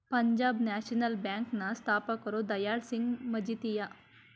Punjab National Bank ನ ಸ್ಥಾಪಕರು ದಯಾಳ್ ಸಿಂಗ್ ಮಜಿತಿಯ